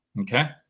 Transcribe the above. Okay